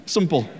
Simple